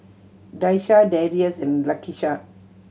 Daisha Darius and Lakisha